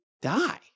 die